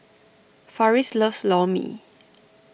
Farris loves Lor Mee